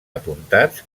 apuntats